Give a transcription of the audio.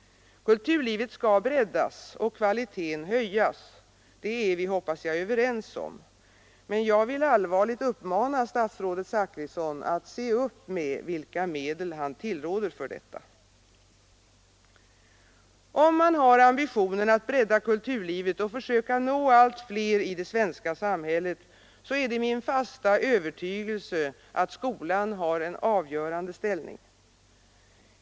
Kulturlivet skall breddas och kvaliteten höjas — det är vi, hoppas jag, överens om — men jag vill allvarligt uppmana statsrådet Zachrisson att se upp med vilka medel han tillråder för detta. Om man har ambitionen att bredda kulturlivet och försöka nå allt fler i det svenska samhället, så har skolan — det är min fasta övertygelse — en avgörande ställning.